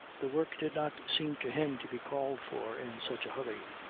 the work did not seem to him to be called for in such a hurry.